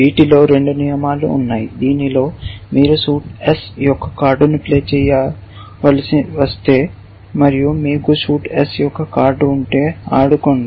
వీటిలో రెండు నియమాలు ఉన్నాయి దీనిలో మీరు సూట్ S యొక్క కార్డును ప్లే చేయవలసి వస్తే మరియు మీకు సూట్ S యొక్క కార్డు ఉంటే ఆడుకోండి